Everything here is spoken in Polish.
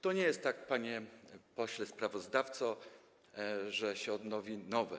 To nie jest tak, panie pośle sprawozdawco, że się odnowi i będą nowe.